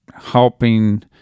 helping